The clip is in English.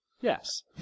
Yes